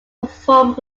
performed